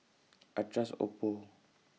I Trust Oppo